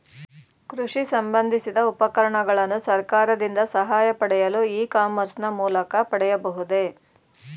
ಕೃಷಿ ಸಂಬಂದಿಸಿದ ಉಪಕರಣಗಳನ್ನು ಸರ್ಕಾರದಿಂದ ಸಹಾಯ ಪಡೆಯಲು ಇ ಕಾಮರ್ಸ್ ನ ಮೂಲಕ ಪಡೆಯಬಹುದೇ?